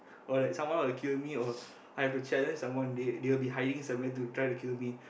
or like someone will kill me or I have to challenge someone they they will be hiding somewhere to try to kill me